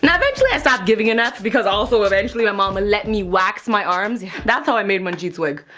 and eventually i stopped giving an eff, because also eventually my mom let me wax my arms. that's how i made manjeet's wig.